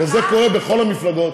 זה קורה בכל המפלגות,